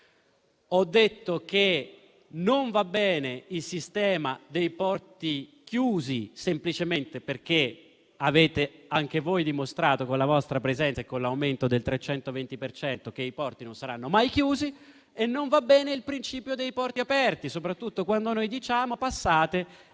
Ho detto che non va bene il sistema dei porti chiusi, semplicemente perché anche voi avete dimostrato, con la vostra presenza e con l'aumento del 320 per cento, che i porti non saranno mai chiusi, e non va bene il principio dei porti aperti, soprattutto quando diciamo: passate e il problema